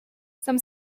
some